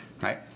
right